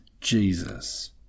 Jesus